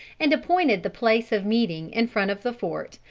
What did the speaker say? and appointed the place of meeting in front of the fort,